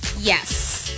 yes